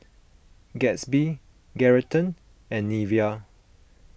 Gatsby Geraldton and Nivea